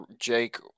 Jake